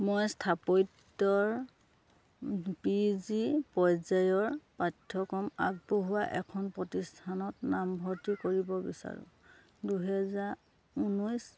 মই স্থাপত্যৰ P G পৰ্যায়ৰ পাঠ্যক্ৰম আগবঢ়োৱা এখন প্ৰতিষ্ঠানত নামভৰ্তি কৰিব বিচাৰোঁ দুহেজাৰ ঊনৈছ